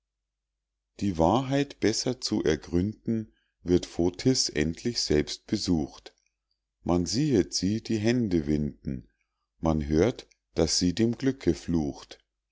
die wahrheit besser zu ergründen wird fotis endlich selbst besucht man siehet sie die hände winden man hört daß sie dem glücke flucht